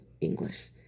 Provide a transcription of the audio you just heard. English